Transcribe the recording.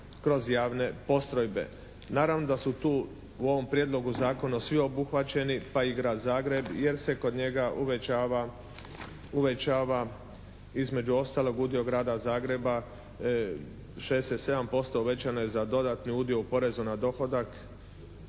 kroz javne postrojbe. Naravno da su tu u ovom Prijedlogu zakona svi obuhvaćeni pa i Grad Zagreb jer se kod njega uvećava između ostalog udio Grada Zagreba. 67% uvećano je za dodatni udio u porezu na dohodak